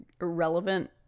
irrelevant